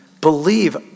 believe